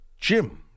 Jim